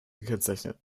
gekennzeichnet